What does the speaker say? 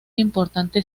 importante